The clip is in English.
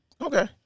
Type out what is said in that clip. Okay